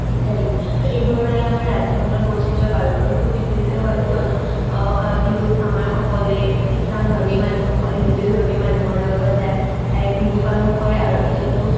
ইত্যাদি আৰু এইবোৰৰ দ্ৱাৰা আমাৰ ৰাজ্যখনৰ পৰিচিত বাৰুকৈ প্ৰতিফলিত হয় কিয়নো বিহুত আমাৰ সকলোৱেই খ্ৰীষ্টানধৰ্মী মানুহসকলে হিন্দুধৰ্মী মানুহৰ লগত যায় এই বিহু পালন কৰে আৰু ঈদতো